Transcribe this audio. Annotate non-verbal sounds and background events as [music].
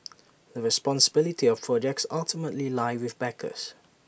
[noise] the responsibility of projects ultimately lie with backers